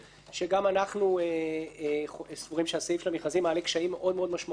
שגם אנחנו סבורים שהסעיף של המכרזים מעמיד קשיים מאוד משמעותיים.